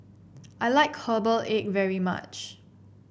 I like Herbal Egg very much